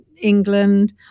England